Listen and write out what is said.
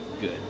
good